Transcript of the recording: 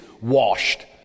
washed